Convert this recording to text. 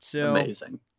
Amazing